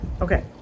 Okay